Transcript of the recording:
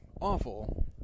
awful